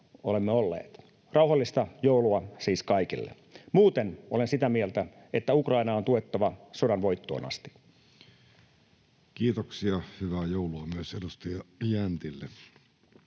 olemme olleet. Rauhallista joulua siis kaikille! Muuten olen sitä mieltä, että Ukrainaa on tuettava sodan voittoon asti. Kiitoksia, hyvää joulua myös edustaja Jäntille.